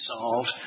solved